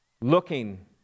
looking